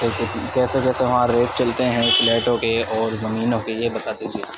کیسے کیسے وہاں ریٹ چلتے ہیں فلیٹوں کے اور زمینوں کے یہ بتا دیجیے